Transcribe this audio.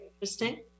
interesting